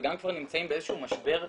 וגם הם כבר נמצאים באיזה שהוא משבר מתמשך,